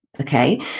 Okay